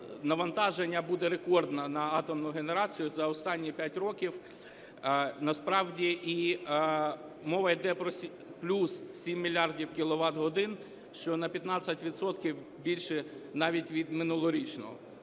навантаження буде рекордне на атомну генерацію за останні п'ять років. Насправді і мова йде про плюс 7 мільярдів кіловат-годин, що на 15 відсотків більше навіть від минулорічного.